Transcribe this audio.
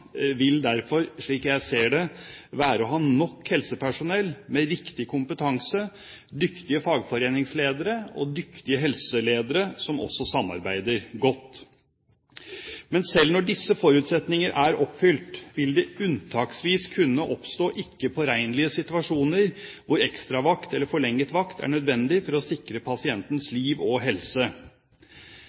vil derfor, slik jeg ser det, være å ha nok helsepersonell med riktig kompetanse, dyktige fagforeningsledere og dyktige helseledere som også samarbeider godt. Men selv når disse forutsetninger er oppfylt, vil det unntaksvis kunne oppstå ikke påregnelige situasjoner hvor ekstravakt eller forlenget vakt er nødvendig for å sikre pasientens liv og helse.